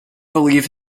believe